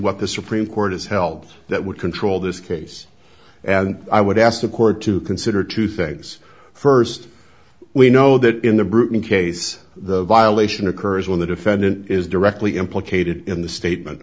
what the supreme court has held that would control this case and i would ask the court to consider two things first we know that in the britney case the violation occurs when the defendant is directly implicated in the statement